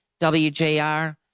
WJR